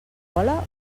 cola